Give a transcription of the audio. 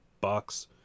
box